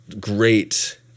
great